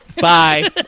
bye